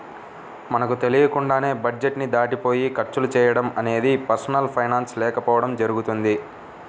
మనకు తెలియకుండానే బడ్జెట్ ని దాటిపోయి ఖర్చులు చేయడం అనేది పర్సనల్ ఫైనాన్స్ లేకపోవడం జరుగుతుంది